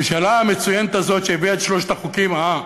הממשלה המצוינת הזאת, שהביאה את שלושת החוקים, אה,